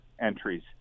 entries